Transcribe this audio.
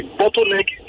bottleneck